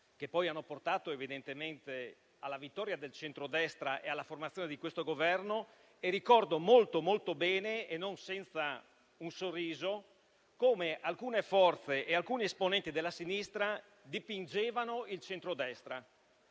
- hanno portato evidentemente alla vittoria del centrodestra e alla formazione di questo Governo - ricordo molto, molto bene e non senza un sorriso come alcune forze e alcuni esponenti della sinistra dipingevano il centrodestra: